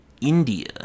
India